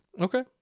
Okay